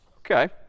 ok,